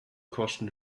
kosten